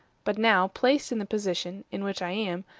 but now, placed in the position in which i am,